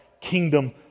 kingdom